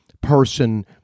person